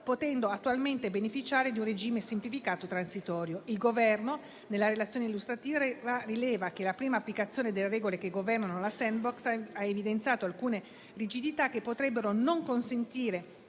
potendo eventualmente beneficiare di un regime semplificato transitorio. Il Governo, nella relazione illustrativa, rileva che la prima applicazione delle regole che governano la *sandbox* ha evidenziato alcune rigidità che potrebbero non consentire